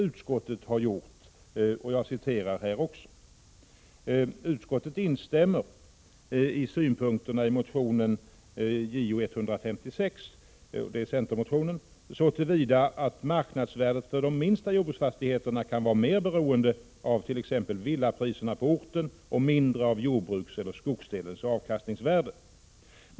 Utskottet har givit en sådan förklaring i betänkandet: ”Utskottet instämmer i synpunkterna i motion Jo156 så till vida att marknadsvärdet för de minsta jordbruksfastigheterna kan vara mer beroende avt.ex. villapriserna på orten och mindre av jordbrukseller skogsdelens avkastningsvärde.